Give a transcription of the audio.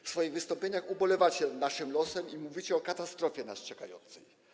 W swoich wystąpieniach ubolewacie nad naszym losem i mówicie o katastrofie nas czekającej.